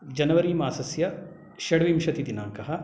जनवरि मासस्य षड्विंशतिदिनाङ्कः